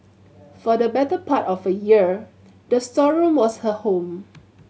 for the better part of a year the storeroom was her home